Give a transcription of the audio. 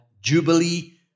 jubilee